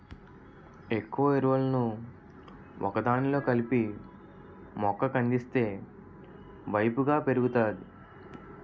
ఎక్కువ ఎరువులను ఒకదానిలో కలిపి మొక్క కందిస్తే వేపుగా పెరుగుతాది